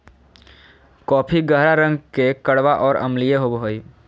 coffee गहरा रंग के कड़वा और अम्लीय होबो हइ